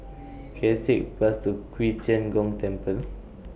Can I Take A Bus to Qi Tian Gong Temple